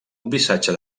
missatge